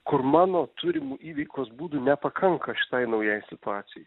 kur mano turimų įveikos būdų nepakanka šitai naujai situacijai